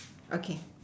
okay